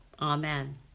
Amen